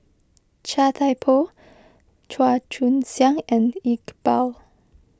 Chia Thye Poh Chua Joon Siang and Iqbal